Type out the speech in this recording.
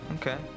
Okay